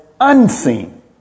unseen